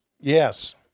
Yes